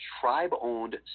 tribe-owned